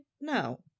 No